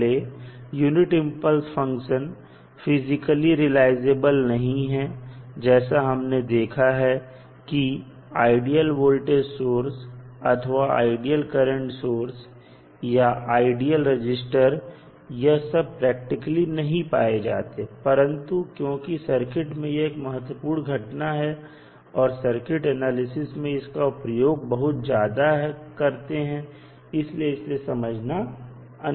भले unit impulse function physically realizable नहीं है जैसे हमने देखा है कि आइडियल वोल्टेज सोर्स अथवा आइडियल करंट सोर्स या आइडियल रजिस्टर यह सब प्रैक्टिकली नहीं पाए जाते परंतु क्योंकि सर्किट में यह एक महत्वपूर्ण घटना है और सर्किट एनालिसिस में हम इसका प्रयोग बहुत ज्यादा करते हैं इसलिए इसे समझना अनिवार्य है